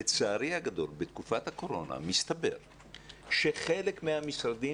לצערי הגדול בתקופת הקורונה מסתבר שחלק מהמשרדים,